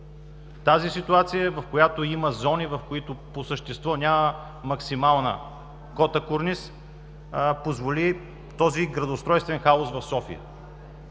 Тази ситуация, където има зони, в които по същество няма максимална кота корниз, позволи този градоустройствен хаос в София.